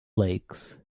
lakes